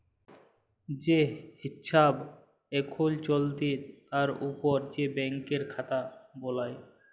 যে হিছাব এখুল চলতি তার উপর যে ব্যাংকের খাতা বালাই